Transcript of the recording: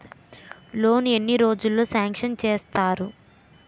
Loan ఎన్ని రోజుల్లో sanction చేస్తారు?